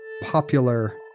popular